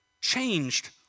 changed